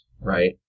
right